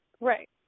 Right